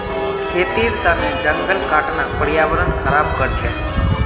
खेतीर तने जंगल काटना पर्यावरण ख़राब कर छे